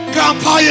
Grandpa